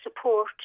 support